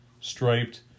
striped